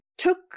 Took